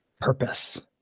purpose